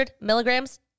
milligrams